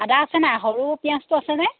আদা আছে ন সৰু পিঁয়াজটো আছেনে